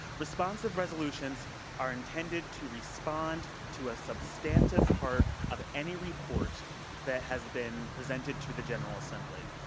responsive resolutions are intended to respond to a substantive part of any report that has been presented to the general assembly.